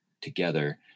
together